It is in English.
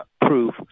proof